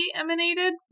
emanated